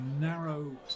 narrow